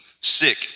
Sick